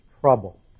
trouble